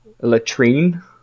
latrine